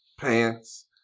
Pants